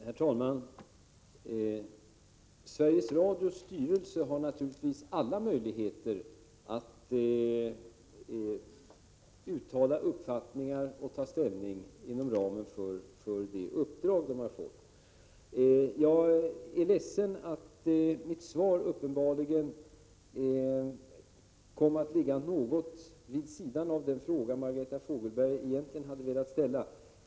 Herr talman! Sveriges Radiös styrelse har naturligtvis alla möjligheter att uttala uppfattningar och ta ställning inom ramen för det uppdrag styrelsen har fått. Jag är ledsen att mitt svar uppenbarligen kommit att ligga något vid sidan av den fråga som Margareta Fogelberg egentligen hade velat ställa.